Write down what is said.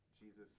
Jesus